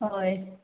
हय